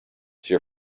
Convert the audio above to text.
she